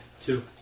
two